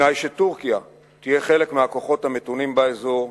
בתנאי שטורקיה תהיה חלק מהכוחות המתונים באזור,